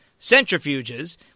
centrifuges